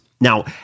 Now